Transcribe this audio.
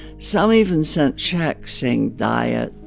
some even sent checks saying, dye it,